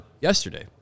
yesterday